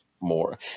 more